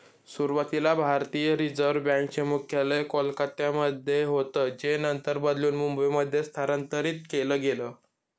सुरुवातीला भारतीय reserve bank चे मुख्यालय कोलकत्यामध्ये होतं जे नंतर बदलून मुंबईमध्ये स्थलांतरीत केलं गेलं